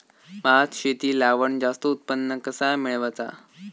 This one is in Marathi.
भात शेती लावण जास्त उत्पन्न कसा मेळवचा?